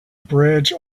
bridge